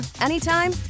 anytime